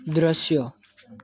દૃશ્ય